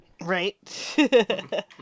right